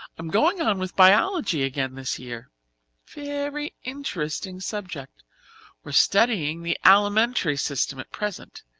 i'm going on with biology again this year very interesting subject we're studying the alimentary system at present.